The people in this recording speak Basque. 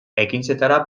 ekintzetara